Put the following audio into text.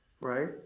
right